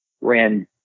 ran